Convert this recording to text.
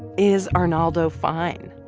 is arnaldo fine?